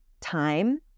time